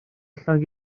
allan